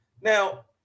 Now